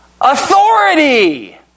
Authority